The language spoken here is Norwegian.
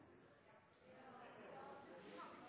Jeg har også